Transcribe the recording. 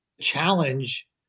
challenge